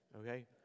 Okay